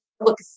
look